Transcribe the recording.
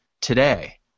today